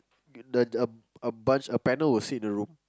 the the a bunch of pregnant will sit in the room